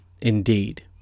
indeed